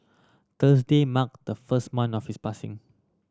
Thursday marked the first month of his passing